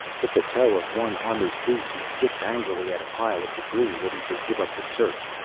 with the toe of one armored boot, he kicked angrily at a pile of debris, ready to give up the search.